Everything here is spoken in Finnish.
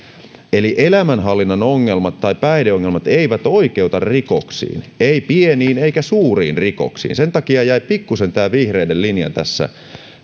eli elämänhallinnan ongelmat tai päihdeongelmat eivät oikeuta rikoksiin eivät pieniin eivätkä suuriin rikoksiin sen takia jäi pikkuisen vihreiden linja tässä